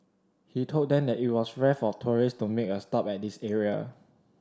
he told them that it was rare for tourists to make a stop at this area